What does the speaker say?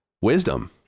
wisdom